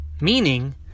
Meaning